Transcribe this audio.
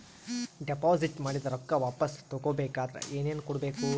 Deposit ಮಾಡಿದ ರೊಕ್ಕ ವಾಪಸ್ ತಗೊಬೇಕಾದ್ರ ಏನೇನು ಕೊಡಬೇಕು?